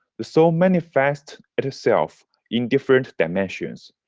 the soul manifests itself in different dimensions.